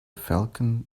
falcon